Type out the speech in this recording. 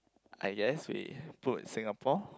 I guess we put Singapore